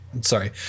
Sorry